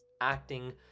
acting